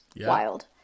wild